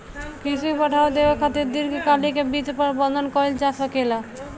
कृषि के बढ़ावा देबे खातिर दीर्घकालिक वित्त प्रबंधन कइल जा सकेला